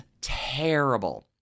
terrible